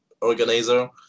organizer